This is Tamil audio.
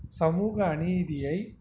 சமூக அநீதியை